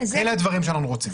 אלה הדברים שאנחנו רוצים.